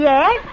Yes